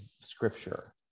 scripture